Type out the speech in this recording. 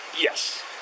Yes